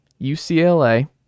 ucla